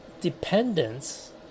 dependence